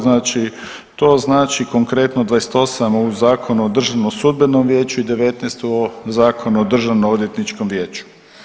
Znači to znači konkretno 28 u Zakonu o Državnom sudbenom vijeću i 19 u Zakonu o Državno odvjetničkom vijeću.